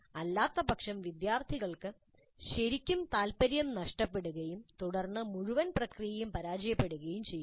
അല്ലാത്തപക്ഷം വിദ്യാർത്ഥികൾക്ക് ശരിക്കും താൽപ്പര്യം നഷ്ടപ്പെടുകയും തുടർന്ന് മുഴുവൻ പ്രക്രിയയും പരാജയപ്പെടുകയും ചെയ്യും